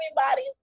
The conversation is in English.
everybody's